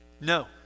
No